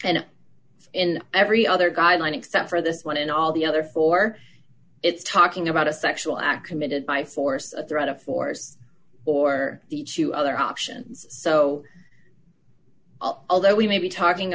and in every other guideline except for this one in all the other four it's talking about a sexual act committed by force of threat of force or the two other options so although we may be talking